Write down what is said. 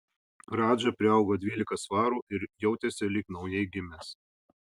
radža priaugo dvylika svarų ir jautėsi lyg naujai gimęs